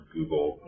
Google